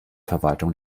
verwaltung